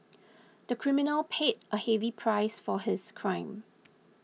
the criminal paid a heavy price for his crime